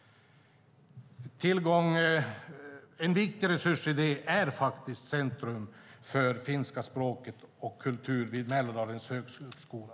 En viktig resurs i detta är Centrum för finska språket och kulturen vid Mälardalens högskola.